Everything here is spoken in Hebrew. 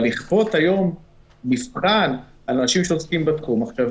אבל לכפות מבחן על אנשים שעוסקים בתחום --- איתי,